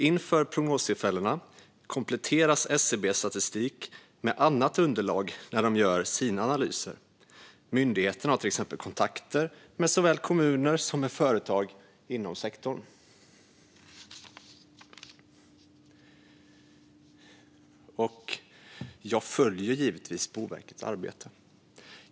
Inför prognostillfällena kompletteras SCB:s statistik med annat underlag när de gör sina analyser. Myndigheten har till exempel kontakter såväl med kommuner som med företag inom sektorn. Jag följer givetvis Boverkets arbete.